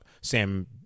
Sam